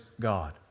God